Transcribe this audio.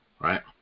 right